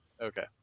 Okay